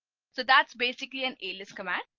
so that's basically an alias command.